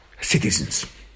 citizens